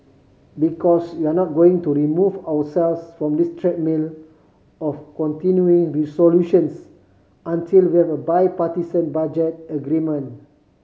because we're not going to remove ourselves from this treadmill of continuing resolutions until we have a bipartisan budget agreement